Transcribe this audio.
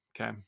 Okay